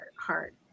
heart